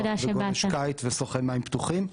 גולש קיט ושוחה מים פתוחים.